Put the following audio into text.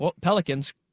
Pelicans